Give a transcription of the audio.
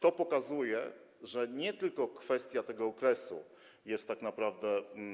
To pokazuje, że nie tylko kwestia tego okresu jest tak naprawdę.